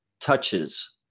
touches